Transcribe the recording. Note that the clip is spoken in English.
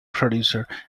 producer